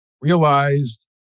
realized